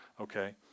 Okay